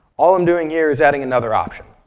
all i'm doing here is adding another option.